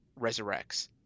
resurrects